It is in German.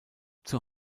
zur